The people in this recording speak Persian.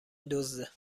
دزده